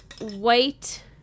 white